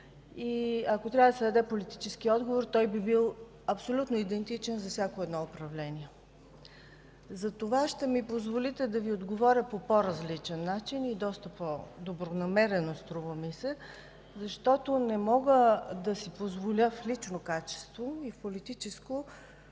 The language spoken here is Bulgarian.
Ако трябва да се даде политически отговор, той би бил абсолютно идентичен за всяко едно управление. За това ще ми позволите да Ви отговоря по по-различен начин и доста по-добронамерен, струва ми се, защото не мога да си позволя в лично качество и политическо